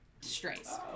strays